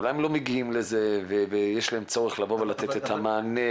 אולי הם לא מגיעים לזה ויש להם צורך לתת את המענה.